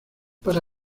para